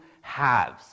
halves